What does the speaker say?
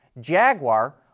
Jaguar